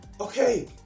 Okay